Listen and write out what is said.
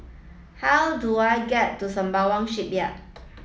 how do I get to Sembawang Shipyard